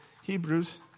Hebrews